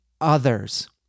others